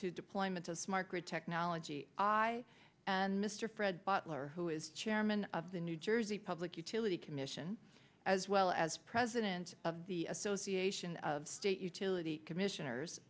to deployment of smart grid technology i and mr fred bottler who is chairman of the new jersey public utility commission as well as president of the association of state utility commissioners